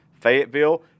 Fayetteville